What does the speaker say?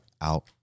out